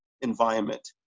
environment